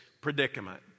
predicament